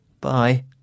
Bye